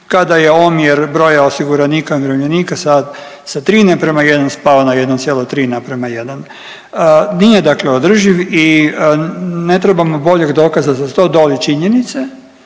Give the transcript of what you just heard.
kada je omjer broja osiguranika i umirovljenika sa, sa 3:1 spao na 1,3:1. Nije dakle održiv i ne trebamo boljeg dokaza za to do ove činjenice